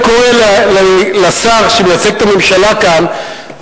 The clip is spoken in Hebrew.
אני קורא לשר שמייצג את הממשלה כאן,